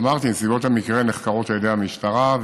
אמרתי: נסיבות המקרה נחקרות על ידי המשטרה,